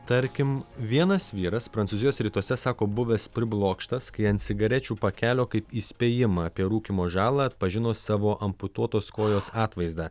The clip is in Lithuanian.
tarkim vienas vyras prancūzijos rytuose sako buvęs priblokštas kai ant cigarečių pakelio kaip įspėjimą apie rūkymo žalą atpažino savo amputuotos kojos atvaizdą